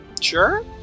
sure